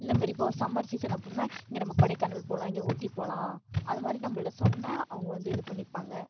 இந்தமாரி இப்போது summer season அப்புடினா இங்கே நம்ம கொடைக்கானல் போகலாம் இங்கே ஊட்டி போகலாம் அதைமாரி நம்பள்ட சொன்னால் அவங்க வந்து இது பண்ணிப்பாங்க